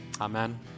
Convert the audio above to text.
amen